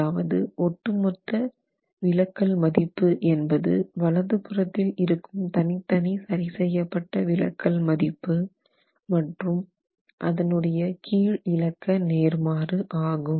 அதாவது ஒட்டுமொத்த விலக்கல் மதிப்பு என்பது வலதுபுறத்தில் இருக்கும் தனித்தனி சரி செய்யப் பட்ட விலக்கல் மதிப்பு மற்றும் அதனுடைய கீழ்இலக்க நேர்மாறு ஆகும்